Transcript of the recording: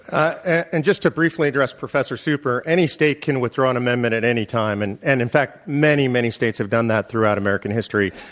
ah and just to briefly address professor super. any state can withdraw an amendment at any time, and and in fact many, many states have done that throughout american history.